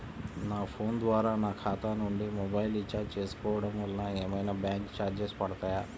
నా ఫోన్ ద్వారా నా ఖాతా నుండి మొబైల్ రీఛార్జ్ చేసుకోవటం వలన ఏమైనా బ్యాంకు చార్జెస్ పడతాయా?